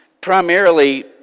primarily